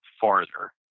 farther